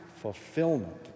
fulfillment